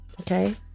Okay